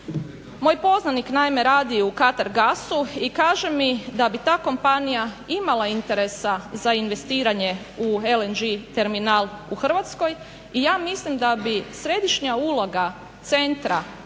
Moj poznanik naime radi u Katar Gasu i kaže mi da bi ta kompanije imala interesa za investiranje u LNG terminal u Hrvatskoj i ja mislim da bi središnja uloga Centra